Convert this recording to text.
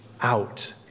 out